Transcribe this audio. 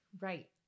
Right